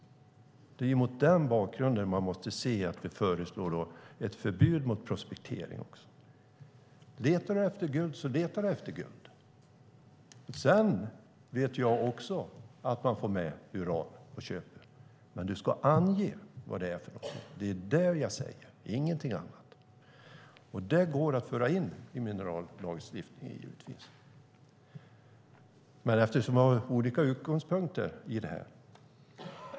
Det är mot den bakgrunden man måste se vårt förslag om förbud mot prospektering. Letar du efter guld så letar du efter guld. Jag vet att man får med uran på köpet, men du ska ange vad det är för någonting. Det är det jag säger, ingenting annat. Det går givetvis att föra in det här i minerallagstiftningen. Vi har olika utgångspunkter.